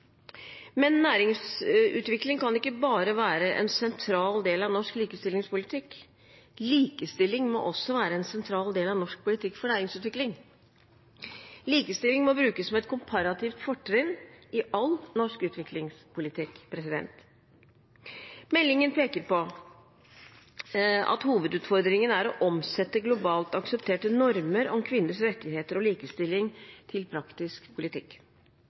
Men næringsutvikling kan ikke bare være en sentral del av norsk likestillingspolitikk, likestilling må også være en sentral del av norsk politikk for næringsutvikling. Likestilling må brukes som et komparativt fortrinn i all norsk utviklingspolitikk. Meldingen peker på at hovedutfordringen er å omsette globalt aksepterte normer om kvinners rettigheter og likestilling til praktisk politikk.